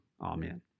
Amen